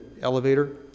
elevator